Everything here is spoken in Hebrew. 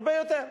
הרבה יותר.